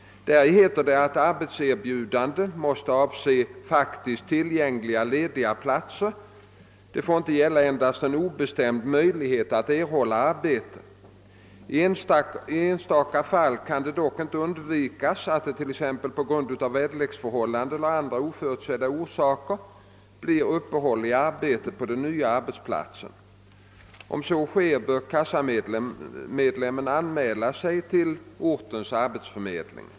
Däri heter det att arbetserbjudande måste avse faktiskt tillgängliga lediga platser. Det får inte gälla endast en obestämd möjlighet att erhålla arbete. I enstaka fall kan det dock inte undvikas att det, t.ex. på grund av väderleksförhållanden eller av andra oförutsedda orsaker, blir uppehåll i arbetet på den nya arbetsplatsen. Om så sker bör kassamedlemmen anmäla sig till ortens arbetsförmedling.